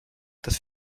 dass